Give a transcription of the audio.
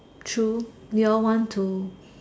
true you all want to